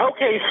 Okay